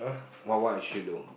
what what I should do